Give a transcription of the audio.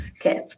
Okay